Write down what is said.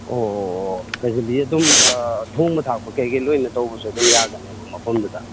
ꯑꯣ ꯑꯣ ꯑꯣ ꯍꯥꯏꯕꯗꯤ ꯑꯗꯨꯝ ꯑꯥ ꯊꯣꯡꯕ ꯊꯥꯛꯄ ꯀꯔꯤ ꯀꯔꯤ ꯂꯣꯏꯅ ꯇꯧꯕꯁꯨ ꯑꯗꯨꯝ ꯌꯥꯒꯅꯦꯕ ꯃꯐꯝꯗꯨꯗ